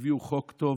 והביאו חוק טוב